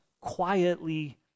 quietly